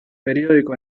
periódico